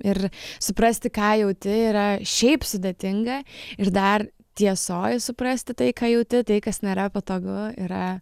ir suprasti ką jauti yra šiaip sudėtinga ir dar tiesoj suprasti tai ką jauti tai kas nėra patogu yra